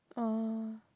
oh